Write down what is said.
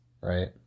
right